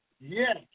yes